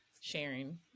Sharing